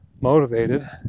motivated